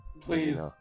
Please